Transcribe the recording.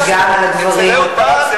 וגם על הדברים החשובים,